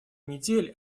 недель